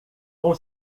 com